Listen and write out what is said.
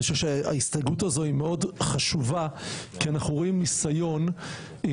אני חושב שההסתייגות הזו היא מאוד חשובה כי אנחנו רואים ניסיון בוטה,